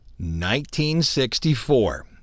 1964